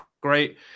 great